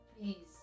please